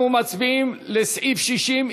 אנחנו מצביעים על סעיף 60,